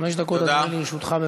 חמש דקות, אדוני, לרשותך.